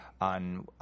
on